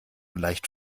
leicht